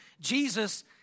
Jesus